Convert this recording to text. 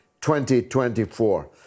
2024